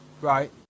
Right